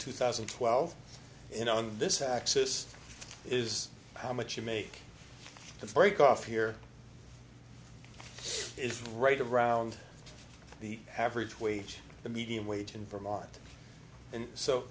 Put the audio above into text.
two thousand and twelve in on this axis is how much you make the break off here it's right around the average wage the median wage in vermont and so